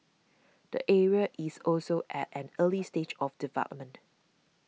the area is also at an early stage of development